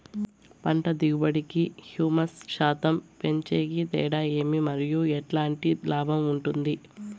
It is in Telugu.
పంట దిగుబడి కి, హ్యూమస్ శాతం పెంచేకి తేడా ఏమి? మరియు ఎట్లాంటి లాభం ఉంటుంది?